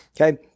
Okay